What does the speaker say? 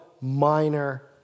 minor